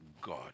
God